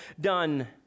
done